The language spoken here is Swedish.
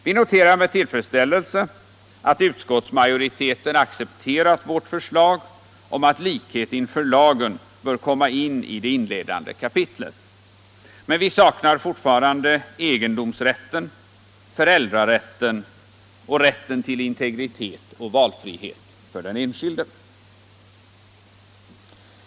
Vi noterar med tillfredsställelse att utskottsmajoriteten accepterat vårt förslag om att likhet inför lagen bör komma in i det inledande kapitlet, men vi saknar fortfarande egendomsrätten, föräldrarätten och rätten till integritet och valfrihet för den enskilde.